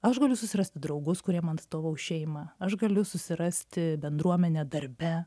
aš galiu susirasti draugus kurie man atstovaus šeimą aš galiu susirasti bendruomenę darbe